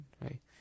right